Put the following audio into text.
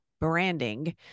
branding